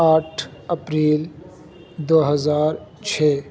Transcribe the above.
آٹھ اپریل دو ہزار چھ